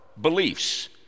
beliefs